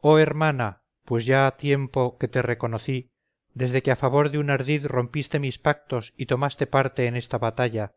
oh hermana pues ya ha tiempo que te reconocí desde que a favor de un ardid rompiste mis pactos y tomaste parte en esta batalla